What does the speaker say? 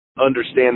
understand